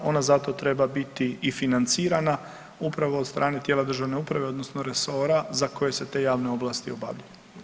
Ona za to treba biti i financirana upravo od strane tijela državne uprave odnosno resora za koje se te javne ovlasti obavljaju.